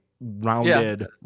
rounded